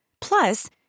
Plus